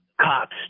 cops